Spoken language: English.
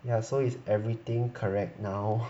ya so is everything correct now